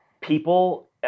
people